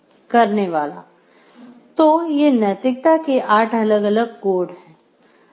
तो ये नैतिकता के आठ अलग अलग कोड हैं